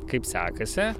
kaip sekasi